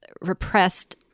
repressed